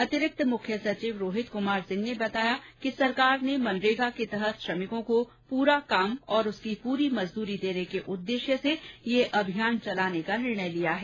अतिरिक्त मुख्य सचिव रोहित कुमार सिंह ने बताया कि सरकार ने मनरेगा के तहत श्रमिकों को पूरा काम और उसकी पूरी मजदूरी देने के उद्देश्य से ये अभियान चलाने का निर्णय लिया है